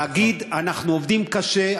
להגיד: אנחנו עובדים קשה,